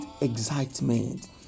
excitement